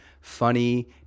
funny